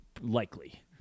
Likely